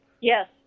Yes